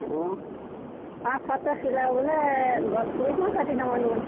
ହଁ ପାଞ୍ଚ ସାତ୍ଟା ସିଲାବୁ ବୋଲେ ଦଶ କୋଡ଼ିଏ ଟଙ୍କା କାଟିଦେବା ହେନ୍